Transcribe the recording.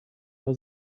was